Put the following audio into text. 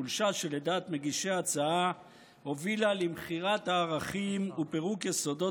חולשה שלדעת מגישי ההצעה הובילה למכירת הערכים ופירוק יסודות